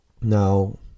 Now